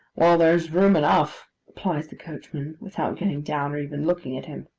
well, there's room enough replies the coachman, without getting down, or even looking at him.